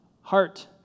heart